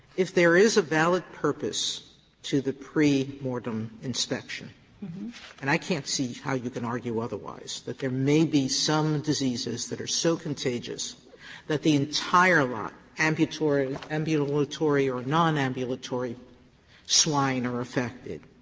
if there is a valid purpose to the pre-mortem inspection and i can't see how you can argue otherwise that there may be some diseases that are so contagious that the entire lot, ambulatory ambulatory or nonambulatory swine, are affected,